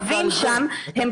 התושבים שם,